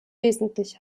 wesentlich